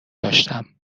داشتم